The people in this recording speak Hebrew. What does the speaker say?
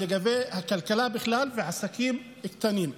ובכלל לגבי הכלכלה והעסקים הקטנים.